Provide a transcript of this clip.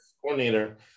coordinator